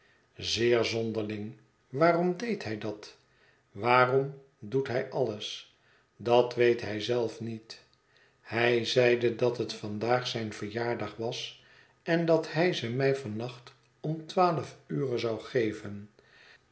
zeer zonderling waarom deed hij dat waarom doet hij alles dat weet hij zelf niet hij zeide dat het vandaag zijn verjaardag was en dat hij ze mij van nacht om twaalf ure zou geven